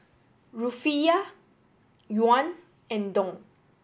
Rufiyaa Yuan and Dong